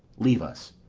leave us.